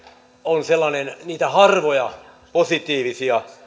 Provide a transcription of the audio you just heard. on niitä harvoja positiivisia